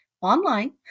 online